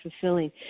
fulfilling